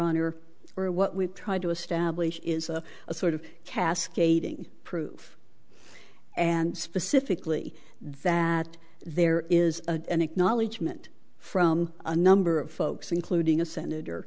honor or what we've tried to establish is a sort of cascading proof and specifically that there is a an acknowledgement from a number of folks including a senator